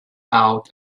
out